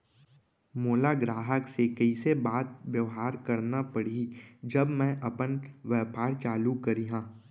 मोला ग्राहक से कइसे बात बेवहार करना पड़ही जब मैं अपन व्यापार चालू करिहा?